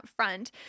upfront